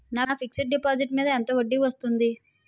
నా fixed deposit మీద ఎంత వడ్డీ వస్తుంది?